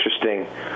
interesting